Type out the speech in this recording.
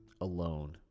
alone